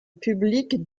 publique